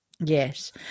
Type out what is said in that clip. Yes